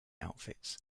outfits